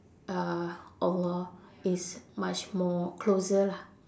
uh Allah is much more closer lah